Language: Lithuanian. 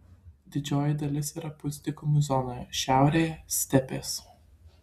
didžioji dalis yra pusdykumių zonoje šiaurėje stepės